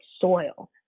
soil